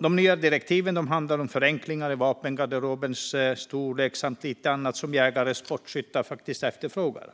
De nya direktiven handlar om förenklingar och vapengarderobers storlek samt lite annat som jägare och sportskyttar efterfrågar.